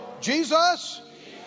Jesus